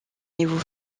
niveau